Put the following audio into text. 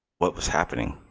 but was happening